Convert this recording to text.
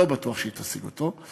לא בטוח שהיא תשיג אותו.